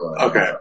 Okay